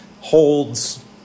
holds